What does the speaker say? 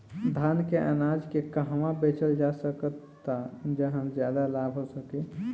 धान के अनाज के कहवा बेचल जा सकता जहाँ ज्यादा लाभ हो सके?